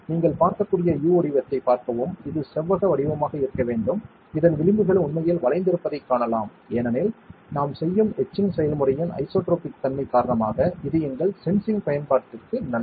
நீங்கள் பார்க்கக்கூடிய U வடிவத்தைப் பார்க்கவும் இது செவ்வக வடிவமாக இருக்க வேண்டும் இதன் விளிம்புகள் உண்மையில் வளைந்திருப்பதைக் காணலாம் ஏனென்றால் நாம் செய்யும் எட்சிங் செயல்முறையின் ஐசோட்ரோபிக் தன்மை காரணமாக இது எங்கள் சென்சிங் பயன்பாட்டிற்கு நல்லது